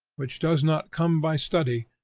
which does not come by study,